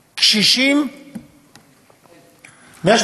קשישים, אלף.